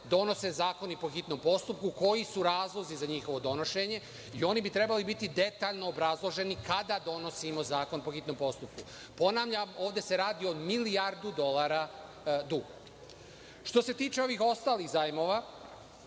donose zakoni po hitnom postupku, koji su razlozi za njihovo donošenje i oni bi trebali biti detaljno obrazloženi kada donosimo zakon po hitnom postupku. Ponavljam, ovde se radi o milijardu dolara duga. Što se tiče ovih ostalih zajmova,